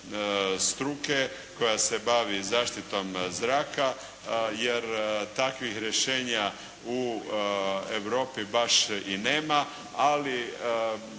struke koja se bavi zaštitom zraka, jer takvih rješenja u Europi baš i nema, ali